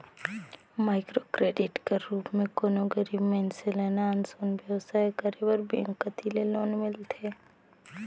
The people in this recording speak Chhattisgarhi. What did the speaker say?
माइक्रो क्रेडिट कर रूप में कोनो गरीब मइनसे ल नान सुन बेवसाय करे बर बेंक कती ले लोन मिलथे